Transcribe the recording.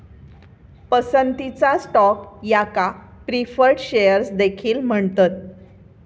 पसंतीचा स्टॉक याका preferred shares देखील म्हणतत